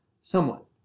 somewhat